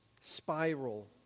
spiral